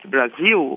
Brasil